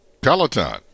Peloton